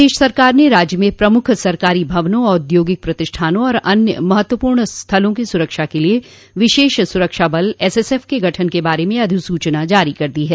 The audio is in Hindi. प्रदेश सरकार ने राज्य में प्रमुख सरकारी भवनों औद्योगिक प्रतिष्ठानों और अन्य महत्वपूर्ण स्थलों की सुरक्षा के लिये विशेष सुरक्षा बल एसएसएफ के गठन के बारे में अधिसूचना जारी कर दी है